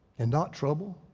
and not trouble?